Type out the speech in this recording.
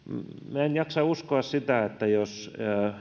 minä en jaksa uskoa sitä että jos